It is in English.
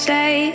Say